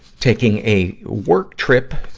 taking a work trip,